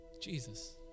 Jesus